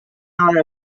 hour